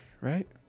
right